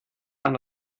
aan